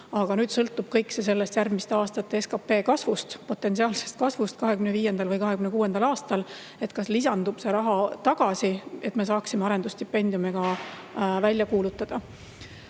Nüüd sõltub kõik järgmiste aastate SKT kasvust, potentsiaalsest kasvust 2025. või 2026. aastal, et kas tuleb see raha tagasi, et me saaksime arendusstipendiumid ka välja kuulutada.